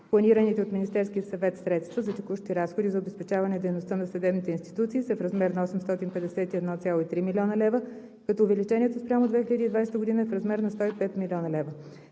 Планираните от Министерския съвет средства за текущи разходи за обезпечаване дейността на съдебните институции са в размер на 851,3 млн. лв., като увеличението спрямо 2020 г. е в размер на 105 млн. лв.